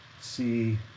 see